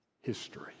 history